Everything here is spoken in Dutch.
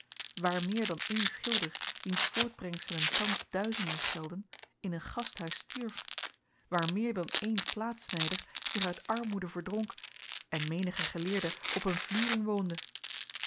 maar meer dan één schilder wiens voortbrengselen thans duizenden gelden in een gasthuis stierf waar meer dan één plaatsnijder zich uit armoede verdronk en menige geleerde op een vliering woonde